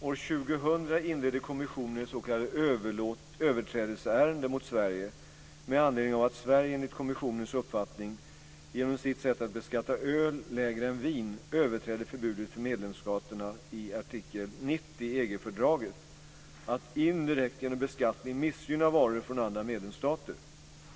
År 2000 inledde kommissionen ett s.k. överträdelseärende mot Sverige med anledning av att Sverige, enligt kommissionens uppfattning, genom sitt sätt att beskatta öl mindre än vin överträder förbudet för medlemsstaterna i artikel 90 i EG-fördraget att indirekt genom beskattning missgynna varor från andra medlemsstater.